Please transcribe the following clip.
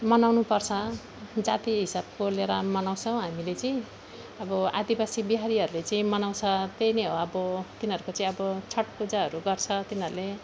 मनाउनु पर्छ जाति हिसाबको लिएर मनाउँछौँ हामीले चाहिँ अब आदिवासी बिहारीहरूले चाहिँ मनाउँछ त्यही नै हो अब तिनीहरूको चाहिँ अब छठ पूजाहरू गर्छ अब तिनीहरूले